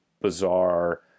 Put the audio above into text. bizarre